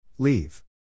Leave